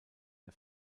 der